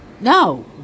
No